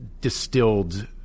distilled